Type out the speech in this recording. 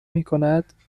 میکند